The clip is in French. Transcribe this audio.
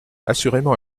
assurément